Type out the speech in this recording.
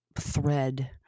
thread